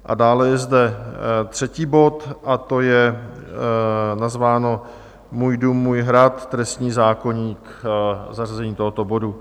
A dále je zde třetí bod a to je nazváno Můj dům, můj hrad trestní zákoník zařazení tohoto bodu.